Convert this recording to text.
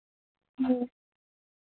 जी